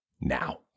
now